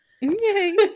Yay